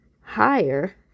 higher